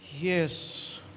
yes